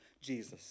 Jesus